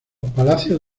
palacios